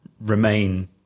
Remain